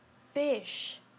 fish